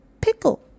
pickle